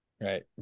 right